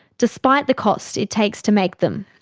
despite the cost it takes to make them.